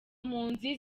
mpunzi